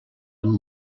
amb